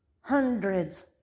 hundreds